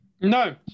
No